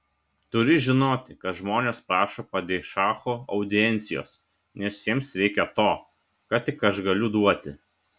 turi žinoti kad žmonės prašo padišacho audiencijos nes jiems reikia to ką tik aš galiu duoti